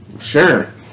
Sure